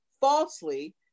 falsely